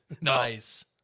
Nice